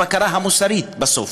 הבקרה המוסרית, בסוף.